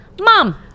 Mom